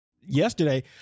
yesterday